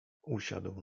usiadł